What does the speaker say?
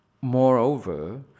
Moreover